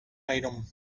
item